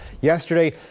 yesterday